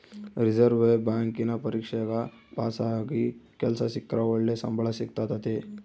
reserve ಬ್ಯಾಂಕಿನ ಪರೀಕ್ಷೆಗ ಪಾಸಾಗಿ ಕೆಲ್ಸ ಸಿಕ್ರ ಒಳ್ಳೆ ಸಂಬಳ ಸಿಕ್ತತತೆ